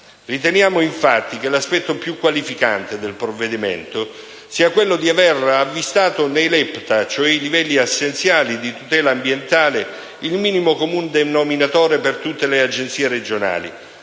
Riteniamo, infatti, che l'aspetto più qualificante del provvedimento sia quello di aver avvistato nei LEPTA, cioè i livelli essenziali di tutela ambientale, il minimo comune denominatore per tutte le Agenzie regionali.